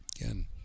Again